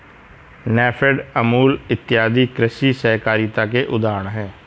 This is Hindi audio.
नेफेड, अमूल इत्यादि कृषि सहकारिता के उदाहरण हैं